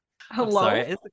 Hello